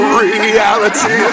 reality